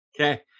Okay